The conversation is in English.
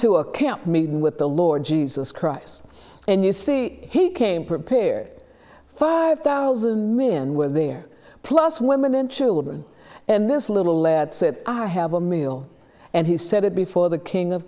to a camp meeting with the lord jesus christ and you see he came prepared five thousand men were there plus women and children and this little lad said i have a meal and he said it before the king of